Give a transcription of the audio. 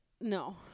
No